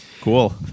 Cool